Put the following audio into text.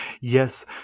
Yes